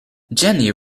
jenny